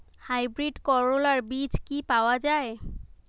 Hybrid করলার বীজ কি পাওয়া যায়?